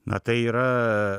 na tai yra